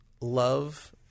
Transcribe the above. love